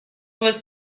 was